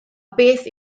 beth